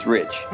Rich